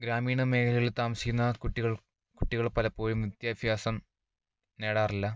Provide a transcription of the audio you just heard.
ഗ്രാമീണ മേഖലകളിൽ താമസിക്കുന്ന കുട്ടികൾ കുട്ടികൾ പലപ്പോഴും വിദ്യാഭ്യാസം നേടാറില്ല